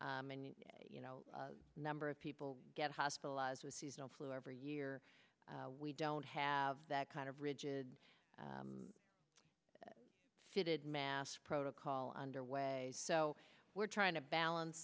and you know number of people get hospitalized with seasonal flu every year we don't have that kind of rigid fitted mask protocol under way so we're trying to balance